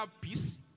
peace